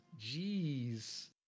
jeez